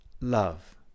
love